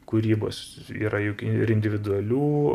kūrybos yra juk ir individualių